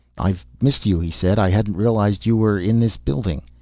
i've missed you, he said. i hadn't realized you were in this building.